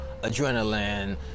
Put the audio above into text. adrenaline